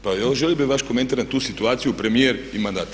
Pa evo želio bi vaš komentar na tu situaciju, premijer i mandatar.